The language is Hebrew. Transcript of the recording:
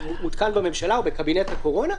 הוא מותקן בממשלה או בקבינט הקורונה,